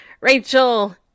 Rachel